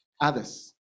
Others